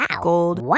gold